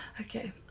Okay